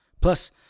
Plus